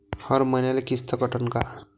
हर मईन्याले किस्त कटन का?